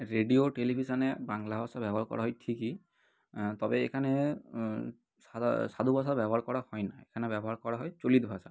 radio টেলিভিশনে বাংলা ভাষা ব্যবহার করা হয় ঠিকই তবে এখানে সাদা সাধু ভাষা ব্যবহার করা হয় না এখানে ব্যবহার করা হয় চলিত ভাষা